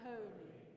Holy